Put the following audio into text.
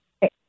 Hey